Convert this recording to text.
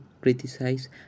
criticize